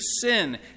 sin